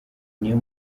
niyo